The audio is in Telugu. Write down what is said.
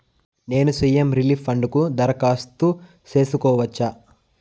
నేను సి.ఎం రిలీఫ్ ఫండ్ కు దరఖాస్తు సేసుకోవచ్చా?